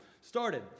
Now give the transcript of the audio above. started